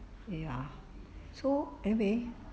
ya so anyway